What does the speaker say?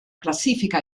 classifica